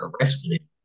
arrested